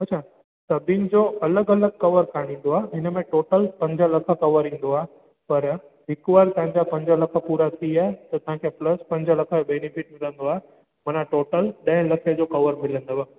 अच्छा सभिनि जो अलॻि अलॻि कवर ठहिंदो आहे इनमें टोटल पंज लख कवर ईंदो आहे पर इक्क्वल तव्हांजा पंज लख पूरा थी विया त तव्हांखे प्लस तव्हांखे पंज लख बेनिफिट मिलंदो आहे माना टोटल ॾह लखे जो कवर मिलंदव